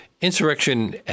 insurrection